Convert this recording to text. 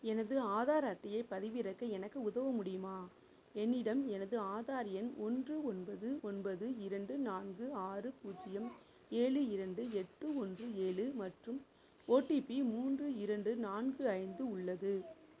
எனது ஆதார் அட்டையைப் பதிவிறக்க எனக்கு உதவ முடியுமா என்னிடம் எனது ஆதார் எண் ஒன்று ஒன்பது ஒன்பது இரண்டு நான்கு ஆறு பூஜ்யம் ஏழு இரண்டு எட்டு ஒன்று ஏழு மற்றும் ஓடிபி மூன்று இரண்டு நான்கு ஐந்து உள்ளது